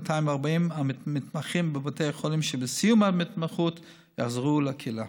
ו-240 מתמחים בבתי החולים שבסיום ההתמחות יחזרו לקהילה.